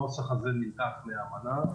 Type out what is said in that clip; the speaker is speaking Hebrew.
הנוסח הזה נלקח מהאמנה.